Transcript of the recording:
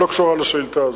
שלא קשורה לשאילתא הזאת.